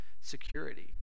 security